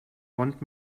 want